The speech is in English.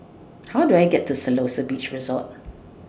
How Do I get to Siloso Beach Resort